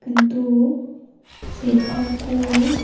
କିନ୍ତୁ ସେଠାକୁ